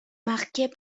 marquée